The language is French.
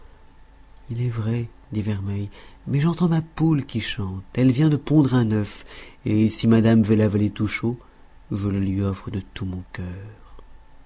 il est vrai dit vermeille mais j'entends ma poule qui chante elle vient de pondre un œuf et si madame veut l'avaler tout chaud je le lui offre de tout mon cœur